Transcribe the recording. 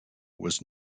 was